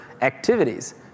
activities